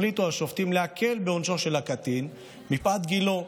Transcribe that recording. החליטו השופטים להקל בעונשו של הקטין מפאת גילו,